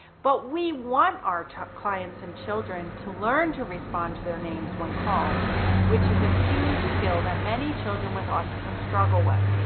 but we want our clients and children to learn to respond to their names when called which is a huge skill that many children with autism struggle with.